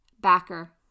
backer